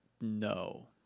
No